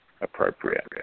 appropriate